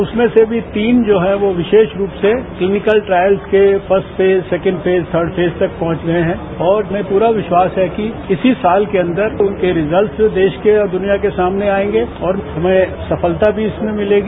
उसमें से भी तीन जो हैं वो विशेष रूप से क्लिनिकल ट्रायल्स के first phase second phase third phase तक पहुंच गये हैं और हमें पूरा विश्वास है कि इसी साल के अंदर उनके रिजल्ट्स देश के और दुनिया के सामने आयेंगे और हमें सफलता मिलेगी